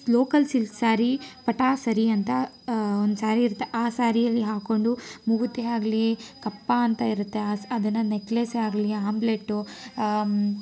ಸ್ local silk sari ಪಟಾಸರಿ ಅಂತ ಒಂದು ಸ್ಯಾರಿ ಇರತ್ತೆ ಆ ಸ್ಯಾರಿಯಲ್ಲಿ ಹಾಕ್ಕೊಂಡು ಮೂಗುತಿ ಆಗ್ಲಿ ಕಪ್ಪಾ ಅಂತ ಇರತ್ತೆ ಅಸ ಅದನ್ನು ನೆಕ್ಲೇಸೆ ಆಗಲಿ ಆಂಬ್ಲೆಟು